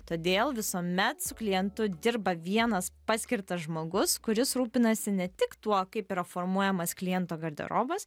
todėl visuomet su klientu dirba vienas paskirtas žmogus kuris rūpinasi ne tik tuo kaip yra formuojamas kliento garderobas